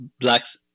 Blacks